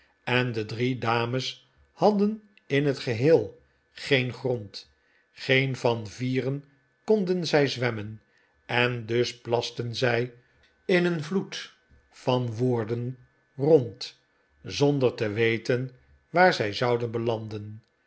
en de drie dames hadden in het geheel geen grbnd geen van vieren konden zij zwemmen en dus plasten zij in een vloed van woorden rond zonder te weten waar zij zouden belanden